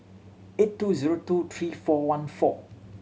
eight two zero two three four one four